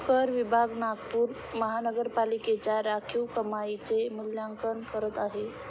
कर विभाग नागपूर महानगरपालिकेच्या राखीव कमाईचे मूल्यांकन करत आहे